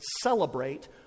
celebrate